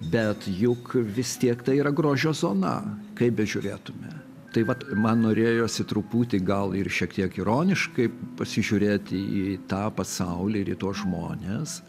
bet juk vis tiek tai yra grožio zona kaip bežiūrėtume tai vat man norėjosi truputį gal ir šiek tiek ironiškai pasižiūrėti į tą pasaulį ir į tuos žmones